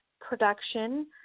production